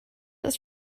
ist